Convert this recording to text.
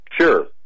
Sure